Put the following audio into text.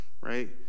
right